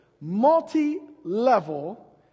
multi-level